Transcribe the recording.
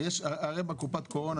הרי בקופת הקורונה,